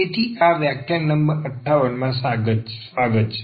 તેથી આ વ્યાખ્યાન નંબર 58 માં સ્વાગત છે